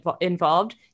involved